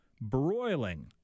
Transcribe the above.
broiling